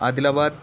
عادل آباد